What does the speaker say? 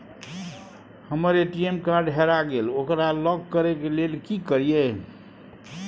हमर ATM card हेरा गेल ओकरा लॉक करै के लेल की करियै?